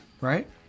Right